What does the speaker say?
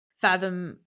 fathom